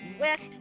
west